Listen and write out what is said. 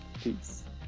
peace